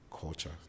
culture